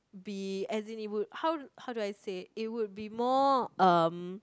be as in it would how how do I say it will be more um